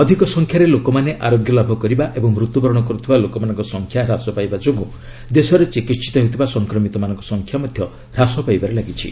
ଅଧିକ ସଂଖ୍ୟାରେ ଲୋକମାନେ ଆରୋଗ୍ୟ ଲାଭ କରିବା ଏବଂ ମୃତ୍ୟବରଣ କର୍ତ୍ଥିବା ଲୋକମାନଙ୍କ ସଂଖ୍ୟା ହ୍ରାସ ପାଇବା ଯୋଗ୍ରୁଁ ଦେଶରେ ଚିକିିିତ ହେଉଥିବା ସଂକ୍ରମିତଙ୍କ ସଂଖ୍ୟା ମଧ୍ୟ ହ୍ରାସ ପାଇବାରେ ଲାଗିଛି